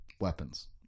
Weapons